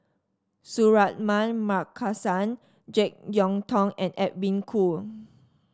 Suratman Markasan JeK Yeun Thong and Edwin Koo